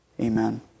Amen